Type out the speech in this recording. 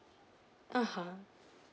(uh huh)